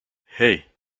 hey